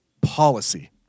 policy